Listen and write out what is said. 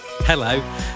Hello